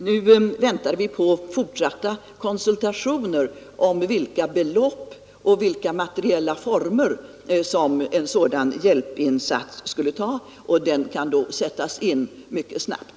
Nu väntar vi på fortsatta konsultationer om vilka belopp som behövs och vilka materiella former en sådan hjälpinsats skulle ta, varefter hjälpen kan sättas in mycket snabbt.